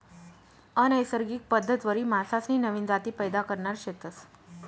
अनैसर्गिक पद्धतवरी मासासनी नवीन जाती पैदा करणार शेतस